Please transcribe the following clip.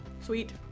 Sweet